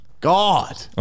God